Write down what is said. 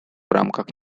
рамках